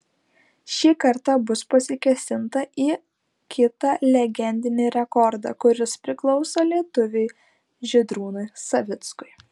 šį kartą bus pasikėsinta į kitą legendinį rekordą kuris priklauso lietuviui žydrūnui savickui